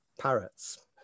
parrots